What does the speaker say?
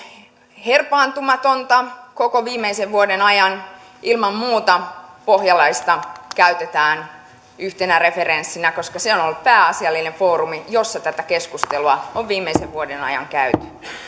herpaantumatonta koko viimeisen vuoden ajan ilman muuta pohjalaista käytetään yhtenä referenssinä koska se on on ollut pääasiallinen foorumi jolla tätä keskustelua on viimeisen vuoden ajan käyty